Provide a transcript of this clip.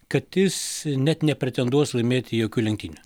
kad jis net nepretenduos laimėti jokių lenktynių